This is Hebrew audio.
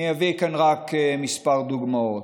אביא כאן רק כמה דוגמאות: